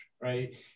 right